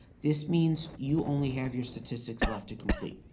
this means you only have your statistics left to complete